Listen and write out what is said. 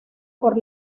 por